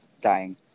Dying